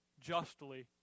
justly